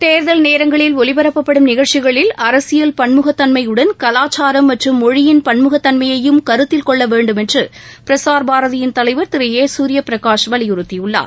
தேர்தல் நேரங்களில் ஒலிபரப்பப்படும் நிகழ்ச்சிகளில் அரசியல் பன்முகத்தன்மையுடன் கலாச்சாரம் மற்றும் மொழியின் பன்முகத்தன்மையும் கருத்தில்கொள்ளவேண்டும் என்று பிரசார்பாரதியின் தலைவர் திரு ஏ குரியபிரகாஷ் வலியுறுத்தியுள்ளார்